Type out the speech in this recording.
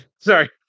sorry